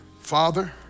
Father